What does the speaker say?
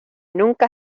nunca